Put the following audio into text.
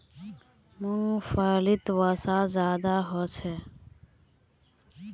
मूंग्फलीत वसा ज्यादा होचे